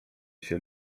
się